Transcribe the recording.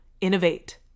innovate